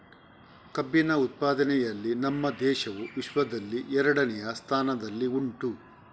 ಕಬ್ಬಿನ ಉತ್ಪಾದನೆಯಲ್ಲಿ ನಮ್ಮ ದೇಶವು ವಿಶ್ವದಲ್ಲಿ ಎರಡನೆಯ ಸ್ಥಾನದಲ್ಲಿ ಉಂಟು